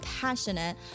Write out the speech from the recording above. passionate